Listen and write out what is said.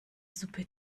suppe